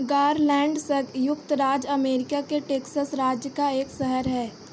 garland संयुक्त राज्य America के टेक्सस राज्य का एक शहर है